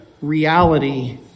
reality